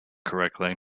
correctly